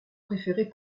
préféré